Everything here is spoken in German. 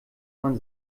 man